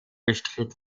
bestritt